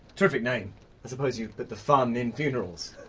terrific name. i suppose you put the funn in funerals?